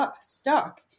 stuck